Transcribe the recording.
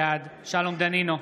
בעד שלום דנינו,